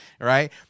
right